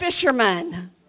fishermen